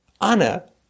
Anna